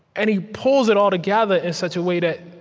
and he pulls it all together in such a way that